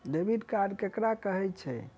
Debit card ककरा कहै छै?